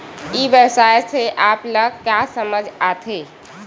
ई व्यवसाय से आप ल का समझ आथे?